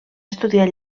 estudiar